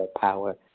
power